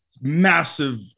massive